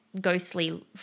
ghostly